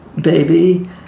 baby